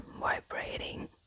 vibrating